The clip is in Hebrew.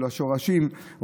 של השורשים,